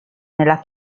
nella